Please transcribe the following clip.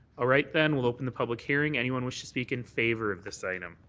ah right then. we'll open the public hearing. anyone wish to speak in favour of this item?